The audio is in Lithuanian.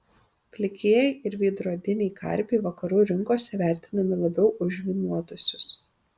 plikieji ir veidrodiniai karpiai vakarų rinkose vertinami labiau už žvynuotuosius